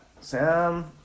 Sam